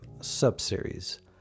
sub-series